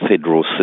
federal